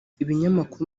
ibinyamakuru